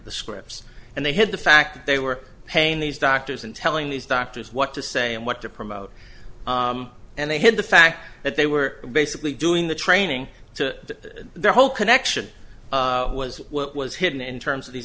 the scripts and they hid the fact that they were paying these doctors and telling these doctors what to say and what to promote and they hid the fact that they were basically doing the training to the whole connection was what was hidden in terms of these